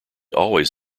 always